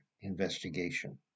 investigation